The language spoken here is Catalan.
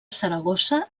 saragossa